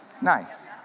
Nice